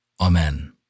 Amen